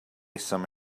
some